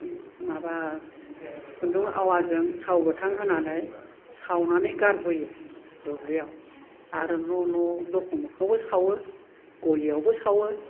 माबा खुन्दुं आवाजों थाव गोथां होनानै सावनानै गारबोयो दुब्लियाव आरो न' न' दरखं मोखाङावबो सावो ग'लियावबो सावो